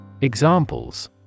Examples